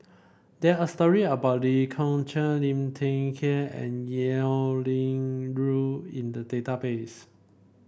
there are story about Lee Kong Chian Liu Thai Ker and Liao Yingru in the database